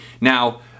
now